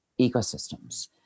ecosystems